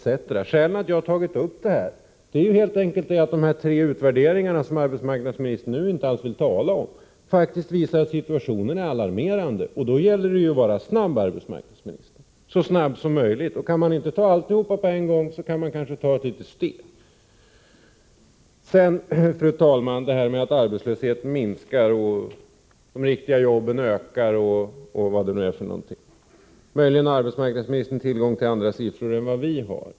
Skälet till att jag har tagit upp detta är helt enkelt att de tre utvärderingar som arbetsmarknadsministern nu inte alls vill tala om faktiskt visar att situationen är alarmerande. Därför gäller det ju att vara så snabb som möjligt, arbetsmarknadsministern. Kan man inte genomföra allt på en gång, kan man kanske ta ett litet steg. Vad sedan gäller uppgifterna om att ungdomsarbetslösheten minskar, antalet riktiga jobb ökar osv. har arbetsmarknadsministern möjligen tillgång till andra siffror än vad vi har.